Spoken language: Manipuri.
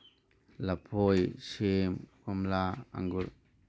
ꯂꯐꯣꯏ ꯁꯦꯝ ꯀꯣꯝꯂꯥ ꯑꯪꯒꯨꯔ